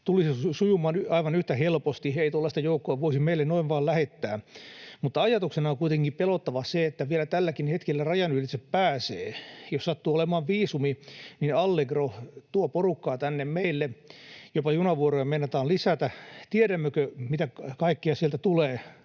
tulisi sujumaan aivan yhtä helposti, ei tuollaista joukkoa voisi meille noin vain lähettää. Mutta ajatuksena on kuitenkin pelottava se, että vielä tälläkin hetkellä rajan ylitse pääsee. Jos sattuu olemaan viisumi, niin Allegro tuo porukkaa tänne meille, jopa junavuoroja meinataan lisätä. Tiedämmekö, mitä kaikkea sieltä tulee?